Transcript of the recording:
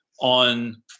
on